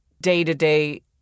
day-to-day